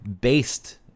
based